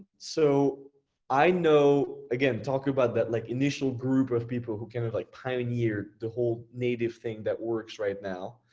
so i know again talking about that like initial group of people who kind of like pioneered the whole native thing that works right now.